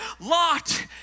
Lot